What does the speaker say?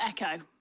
Echo